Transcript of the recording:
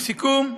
לסיכום,